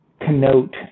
connote